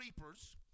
reapers